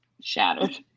shattered